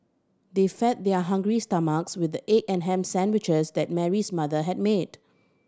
they fed their hungry stomachs with the egg and ham sandwiches that Mary's mother had made